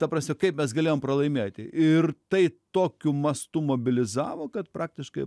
ta prasme kaip mes galėjom pralaimėti ir tai tokiu mastu mobilizavo kad praktiškai